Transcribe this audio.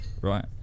right